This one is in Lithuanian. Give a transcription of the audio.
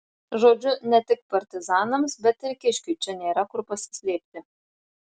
žodžiu ne tik partizanams bet ir kiškiui čia nėra kur pasislėpti